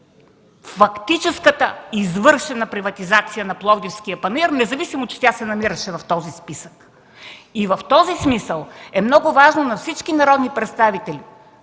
фактическата извършена приватизация на Пловдивския панаир, независимо че тя се намираше в този списък. В този смисъл е много важно да стане ясно на всички народни представители,